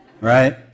right